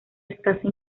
escasa